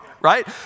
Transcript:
right